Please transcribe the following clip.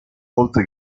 oltre